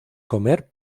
comer